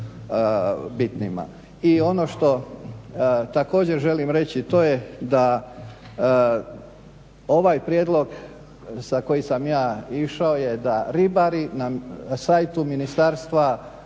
I ono što također želim reći to je da ovaj prijedlog sa kojim sam ja išao je da ribari na site-u ministarstva